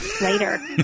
later